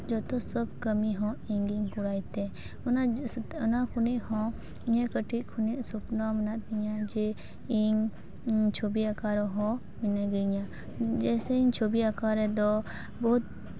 ᱡᱚᱛᱚᱥᱚᱵ ᱠᱟᱹᱢᱤ ᱦᱚᱸ ᱤᱧ ᱜᱤᱧ ᱠᱚᱨᱟᱣ ᱛᱮ ᱚᱱᱟ ᱠᱷᱚᱱᱤᱡ ᱦᱚᱸ ᱤᱧᱟᱹᱜ ᱠᱟᱹᱴᱤᱡ ᱠᱷᱚᱱᱟᱜ ᱥᱚᱯᱱᱚ ᱢᱮᱱᱟᱜ ᱛᱤᱧᱟ ᱡᱮ ᱤᱧ ᱪᱷᱚᱵᱤ ᱟᱸᱠᱟᱣ ᱨᱮᱦᱚᱸ ᱢᱤᱱᱟᱹᱜᱤᱧᱟᱹ ᱡᱮᱭᱥᱮ ᱪᱷᱚᱵᱤ ᱟᱸᱠᱟᱣ ᱨᱮᱫᱚ ᱵᱚᱦᱩᱫ